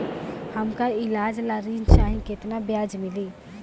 हमका ईलाज ला ऋण चाही केतना ब्याज लागी?